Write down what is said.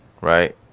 right